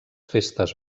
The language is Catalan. festes